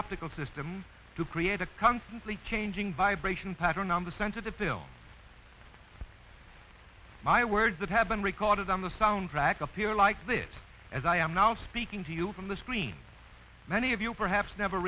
optical system to create a constantly changing vibration pattern on the sensitive film my words that have been recorded on the soundtrack appear like this as i am now speaking to you from the screen many of you perhaps never